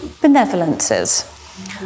benevolences